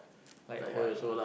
like your wife ah